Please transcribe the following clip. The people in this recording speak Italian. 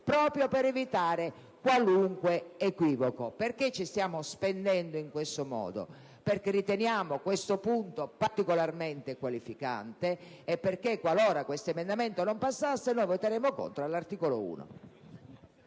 proprio per evitare qualunque equivoco. Ci stiamo spendendo in questo modo perché riteniamo questo punto particolarmente qualificante e perché, qualora l'emendamento 1.208 non passasse, voteremo contro l'articolo 1